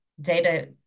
data